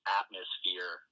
atmosphere